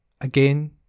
again